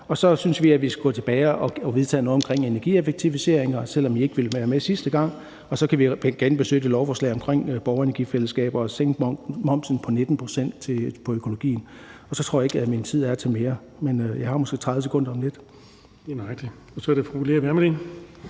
Så synes vi, at vi skal gå tilbage og vedtage noget omkring energieffektiviseringer, selv om I ikke ville være med sidste gang, og så kan vi genbesøge lovforslaget omkring borgerenergifællesskaber og sænke momsen til 19 pct. på økologien. Så tror jeg ikke, at min tid er til at sige mere, men jeg har måske 30 sekunder om lidt. Kl. 20:01 Den fg. formand